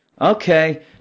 Okay